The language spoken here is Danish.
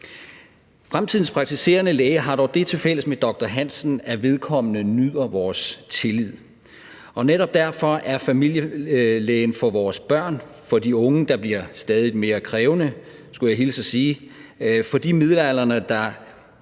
Fremtidens praktiserende læge har dog det tilfælles med doktor Hansen, at vedkommende nyder vores tillid, og netop derfor er familielægen vigtig for vores børn, for de unge, der bliver stadig mere krævende, skulle jeg hilse og sige, for de midaldrende, der